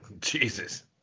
Jesus